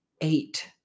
eight